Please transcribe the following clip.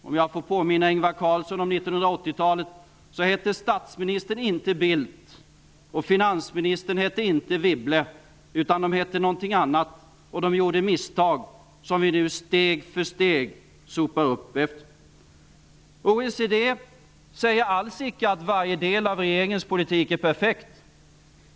Om jag får påminna Ingvar Carlsson om 1980-talet så hette statsministern inte Bildt och finansministern inte Wibble, utan de hette någonting annat och de gjorde misstag som vi nu steg för steg sopar upp efter. OECD säger alls icke att varje del av regeringens politik är perfekt.